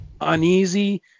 uneasy